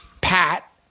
Pat